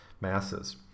masses